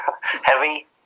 heavy